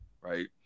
right